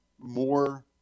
more